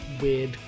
weird